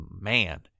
man